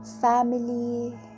family